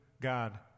God